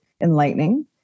enlightening